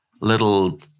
little